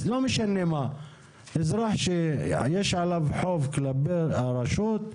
אזרח שיש לו חוב כלפי הרשות,